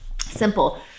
simple